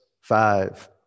five